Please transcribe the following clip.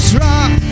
rock